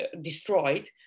destroyed